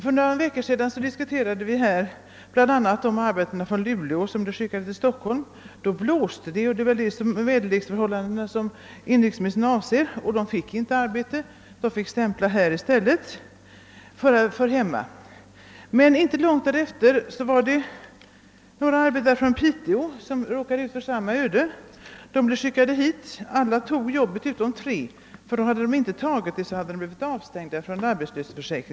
För några veckor sedan diskuterade vi här bl.a. om arbetarna från Luleå som skickades till Stockholm. Då blåste det — det var väl de ogynnsamma väderleksförhållandena som inrikesministern avsåg — och de fick inte något arbete; de fick stämpla här i stället för hemma. Men inte lång tid därefter råkade några arbetare från Piteå ut för samma öde: de blev skickade hit till Stockholm och alla reste utom tre. Hade de inte gjort det skulle de blivit avstängda från arbetslöshetsunderstöd.